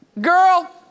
Girl